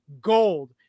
gold